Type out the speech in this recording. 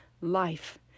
life